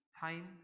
time